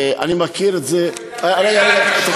אני מכיר את זה, אני רק יודע, רגע, רגע.